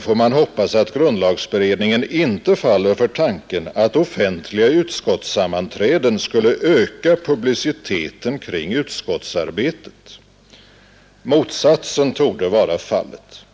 får man hoppas att grundlagberedningen inte faller för tanken att offentliga utskottssammanträden skulle öka publiciteten kring utskottsarbetet. Motsatsen torde vara fallet.